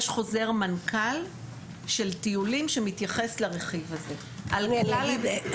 יש חוזר מנכ"ל של טיולים שמתייחס לרכיב הזה על כלל ההיבטים.